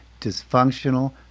dysfunctional